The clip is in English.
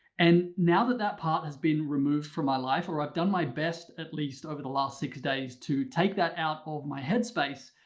and now that that part has been removed from my life, or i've done my best at least over the last six days to take that out of my head space,